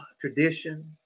tradition